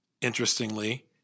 interestingly